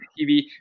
TV